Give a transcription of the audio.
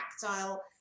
tactile